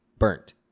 burnt